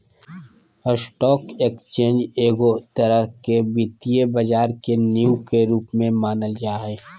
stock exchange एगो तरह से वित्तीय बाजार के नींव के रूप मे मानल जा हय